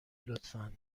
لطفا